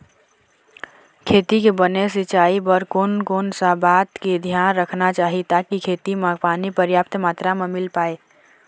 खेती के बने सिचाई बर कोन कौन सा बात के धियान रखना चाही ताकि खेती मा पानी पर्याप्त मात्रा मा मिल पाए?